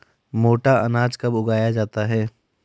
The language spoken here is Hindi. मोटा अनाज कब उगाया जाता है?